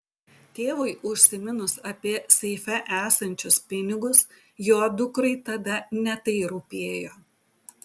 tėvui užsiminus apie seife esančius pinigus jo dukrai tada ne tai rūpėjo